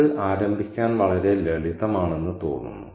ഇത് ആരംഭിക്കാൻ വളരെ ലളിതമാണെന്ന് തോന്നുന്നു